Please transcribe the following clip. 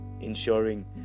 ensuring